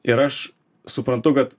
ir aš suprantu kad